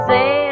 Say